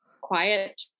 quiet